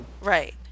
Right